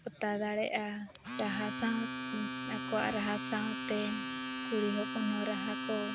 ᱦᱟᱛᱟᱣ ᱫᱟᱲᱮᱭᱟᱜᱼᱟ ᱨᱟᱦᱟ ᱥᱟᱶ ᱟᱠᱚᱣᱟᱜ ᱨᱟᱦᱟ ᱥᱟᱶᱛᱮ ᱠᱩᱲᱤ ᱦᱚᱯᱚᱱ ᱦᱚᱸ ᱨᱟᱦᱟ ᱠᱚ